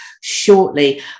shortly